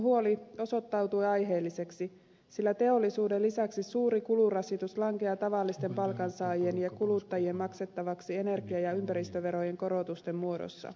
huoli osoittautui aiheelliseksi sillä teollisuuden lisäksi suuri kulurasitus lankeaa tavallisten palkansaajien ja kuluttajien maksettavaksi energia ja ympäristöverojen korotusten muodossa